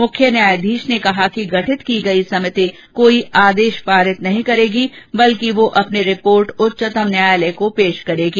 मुख्य न्यायाधीश ने कहा कि गठित की गई समिति कोई आदेश पारित नहीं करेगी बल्कि वह अपनी रिपोर्ट उच्चतम न्यायालय को प्रस्तृत करेगी